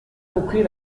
compris